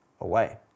away